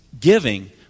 giving